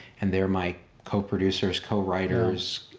and they're my co-producers, co-writers,